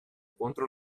contro